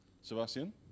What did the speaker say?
Sebastian